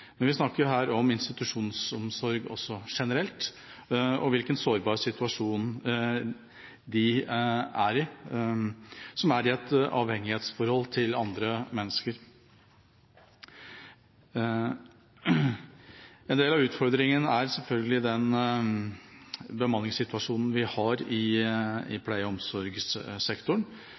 Vi snakker også om institusjonsomsorg generelt og om hvilken sårbar situasjon de som er i et avhengighetsforhold til andre mennesker, er i. En del av utfordringen er selvfølgelig den bemanningssituasjonen vi har i